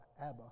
Abba